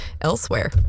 elsewhere